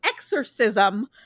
exorcism